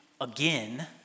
again